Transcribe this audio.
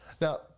Now